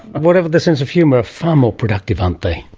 whatever their sense of humour, are far more productive, aren't they.